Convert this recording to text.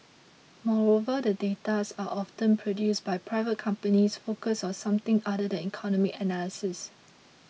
moreover the data sets are often produced by private companies focused on something other than economic analysis